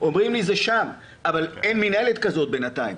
אומרים לי שזה שם אבל אין מינהלת כזאת בינתיים.